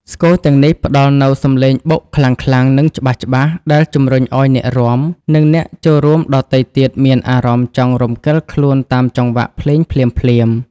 ស្គរទាំងនេះផ្តល់នូវសម្លេងបុកខ្លាំងៗ និងច្បាស់ៗ ដែលជំរុញឱ្យអ្នករាំ និងអ្នកចូលរួមដទៃទៀតមានអារម្មណ៍ចង់រំកិលខ្លួនតាមចង្វាក់ភ្លេងភ្លាមៗ។